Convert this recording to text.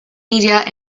media